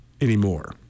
anymore